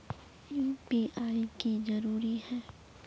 UPI की जरूरी है?